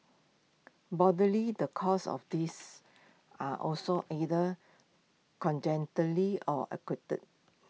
broadly the causes of this are also either or acquired